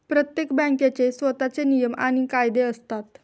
प्रत्येक बँकेचे स्वतःचे नियम आणि कायदे असतात